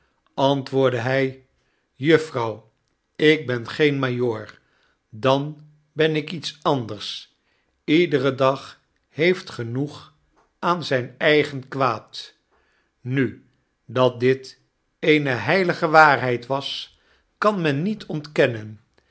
antwoordde hy juffrouw ben ik geen majoor dan ben ik iets anders iedere dag heeft genoeg aan zyn eigen kwaad nu dat dit eeneheilige waarheid was kan men niet ontkennen